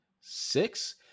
Six